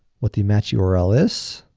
what the match yeah url is,